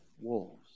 wolves